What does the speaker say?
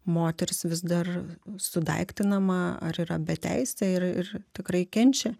moteris vis dar sudaiktinama ar yra beteisė ir ir tikrai kenčia